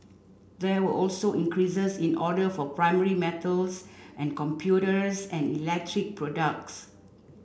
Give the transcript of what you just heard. there were also increases in order for primary metals and computers and electric products